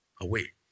away